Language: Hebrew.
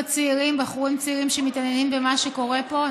בחורים צעירים שמתעניינים במה שקורה פה.